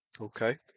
Okay